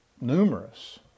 Numerous